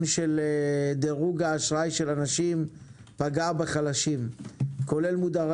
של דירוג האשראי של אנשים פגע בחלשים כולל מודרי